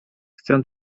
chcę